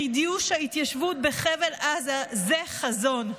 חידוש ההתיישבות בחבל עזה, זה חזון.